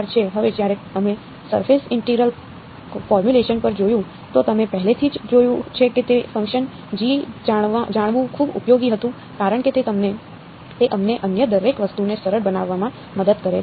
હવે જ્યારે અમે સરફેસ ઇન્ટિગ્રલ ફોર્મયુલેશન પર જોયું તો તમે પહેલેથી જ જોયું છે કે તે ફંકશન g જાણવું ખૂબ ઉપયોગી હતું કારણ કે તે અમને અન્ય દરેક વસ્તુને સરળ બનાવવામાં મદદ કરે છે